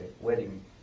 wedding